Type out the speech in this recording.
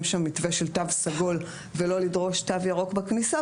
שם מתווה של תו סגול ולא לדרוש תו ירוק בכניסה.